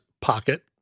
pocket